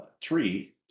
tree